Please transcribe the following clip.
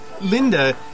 Linda